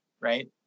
right